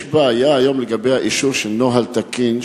יש בעיה היום לגבי האישור של נוהל תקין,